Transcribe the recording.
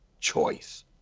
choice